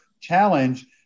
challenge